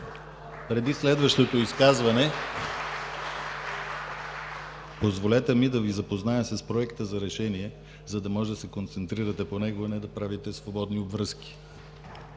Преди следващото изказване, позволете ми да Ви запозная с Проекта за решение, за да може да се концентрирате по него, а не да правите свободни обвръзки.